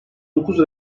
dokuz